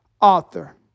author